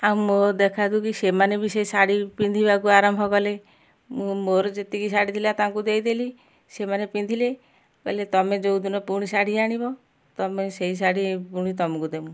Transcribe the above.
ଆଉ ମୋ ଦେଖା ଦୁଖି ସେମାନେ ବି ସେଇ ଶାଢ଼ୀ ପିନ୍ଧିବାକୁ ଆରମ୍ଭ କଲେ ମୁଁ ମୋର ଯେତିକି ଶାଢ଼ୀ ଥିଲା ତାଙ୍କୁ ଦେଇଦେଲି ସେମାନେ ପିନ୍ଧିଲେ କହିଲେ ତମେ ଯେଉଁ ଦିନ ପୁଣି ଶାଢ଼ୀ ଆଣିବ ତମେ ସେଇ ଶାଢ଼ୀ ପୁଣି ତମକୁ ଦେମି